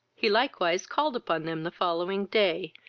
he likewise called upon them the following day,